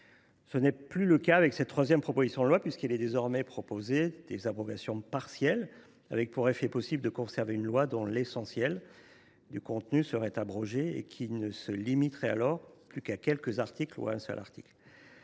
Ce n’est plus le cas avec cette troisième proposition de loi, puisque sont désormais proposées des abrogations partielles, avec pour effet possible de conserver une loi dont l’essentiel du contenu serait abrogé et qui ne se limiterait alors plus qu’à quelques articles, voire à un seul.